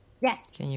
Yes